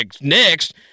next